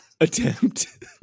attempt